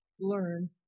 learn